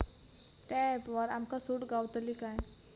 त्या ऍपवर आमका सूट गावतली काय?